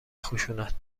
خشونت